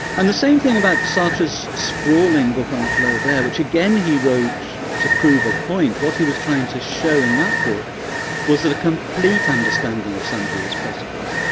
and the same thing about sartre's sprawling book on flaubert, which again he wrote to prove a point. what he was trying to show in that book was that a complete understanding of somebody is possible,